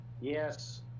Yes